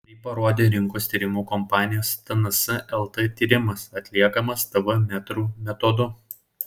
tai parodė rinkos tyrimų kompanijos tns lt tyrimas atliekamas tv metrų metodu